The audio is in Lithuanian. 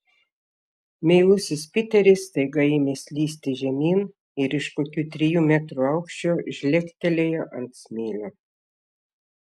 meilusis piteris staiga ėmė slysti žemyn ir iš kokių trijų metrų aukščio žlegtelėjo ant smėlio